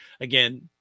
again